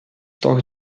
toch